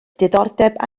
diddordeb